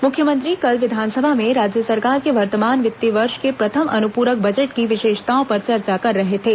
मुख्यमंत्री कल विधानसभा में राज्य सरकार के वर्तमान वित्तीय वर्ष के प्रथम अनुपूरक बजट की विशेषताओं पर चर्चा कर रहे थे